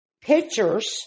pictures